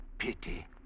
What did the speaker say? Pity